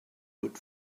would